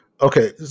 Okay